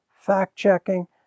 fact-checking